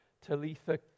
Talitha